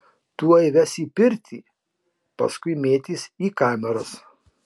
tuoj ves į pirtį paskui mėtys į kameras